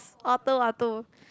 Orto Ortos